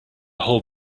whole